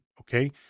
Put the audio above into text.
Okay